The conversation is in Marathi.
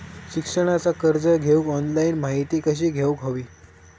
शिक्षणाचा कर्ज घेऊक ऑनलाइन माहिती कशी घेऊक हवी?